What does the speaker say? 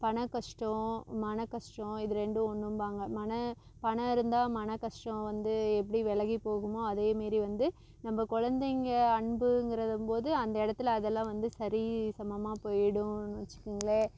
பண கஷ்டம் மன கஷ்டம் இது ரெண்டும் ஒன்றும்பாங்க மன பணம் இருந்தால் மன கஷ்டம் வந்து எப்படி விலகி போகுமோ அதேமாரி வந்து நம்ம கொழந்தைங்க அன்புங்கிறதம்போது அந்த இடத்துல அதெல்லாம் வந்து சரி சமமாகப் போயிடும் வச்சுக்கங்களேன்